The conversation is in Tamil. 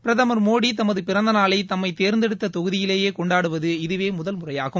பிரதமா் மோடி தமது பிறந்தநாளை தம்மைத் தேர்ந்தெடுத்த தொகுதியில் கொண்டாடுவது இதுவே முதன்முறையாகும்